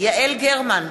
יעל גרמן,